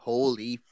Holy